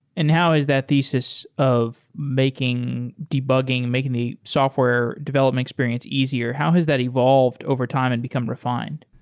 and how has that thesis of making debugging, making the software development experience easier? how has that evolved overtime and become refined?